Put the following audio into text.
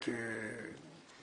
מכאן ליגאל אייזנמן,